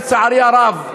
לצערי הרב,